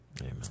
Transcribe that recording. Amen